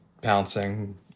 pouncing